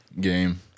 game